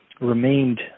remained